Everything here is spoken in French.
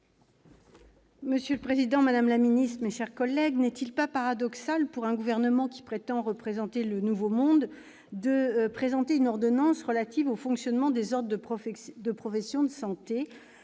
Monsieur le président, madame la ministre, mes chers collègues, n'est-il pas paradoxal, pour un gouvernement qui prétend représenter le nouveau monde, de soumettre une ordonnance relative au fonctionnement des ordres des professions de santé